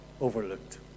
overlooked